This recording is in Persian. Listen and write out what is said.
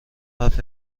حرف